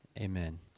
Amen